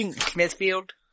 Smithfield